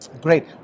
Great